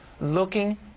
looking